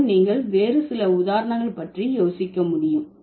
மற்றும் நீங்கள் வேறு சில உதாரணங்கள் பற்றி யோசிக்க முடியும்